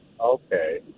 Okay